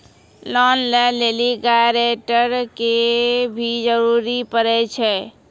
Loan लै लेली guarantor के भी जरूरी पड़ै छै?